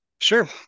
Sure